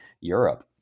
Europe